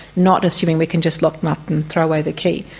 not assuming we can just lock them up and throw away the key.